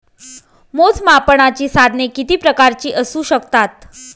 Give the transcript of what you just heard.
मोजमापनाची साधने किती प्रकारची असू शकतात?